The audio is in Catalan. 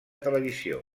televisió